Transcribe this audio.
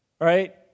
right